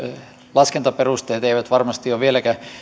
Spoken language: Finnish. laskentaperusteet eivät varmasti ole vieläkään